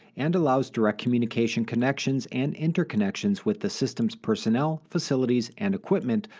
and allows direct communication connections and interconnections with the system's personnel, facilities, and equipment,